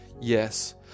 Yes